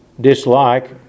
dislike